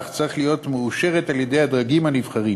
אך צריכה להיות מאושרת על-ידי הדרגים הנבחרים.